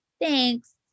thanks